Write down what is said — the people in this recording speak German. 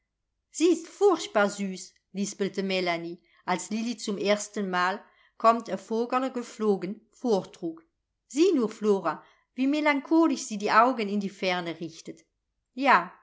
sie ist furchtbar süß lispelte melanie als lilli zum erstenmal kommt a vogerl geflogen vortrug sieh nur flora wie melancholisch sie die augen in die ferne richtet ja